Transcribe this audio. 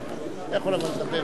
ברוכים הבאים את